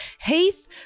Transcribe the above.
Heath